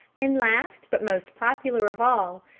and last but most popular of all,